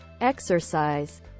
exercise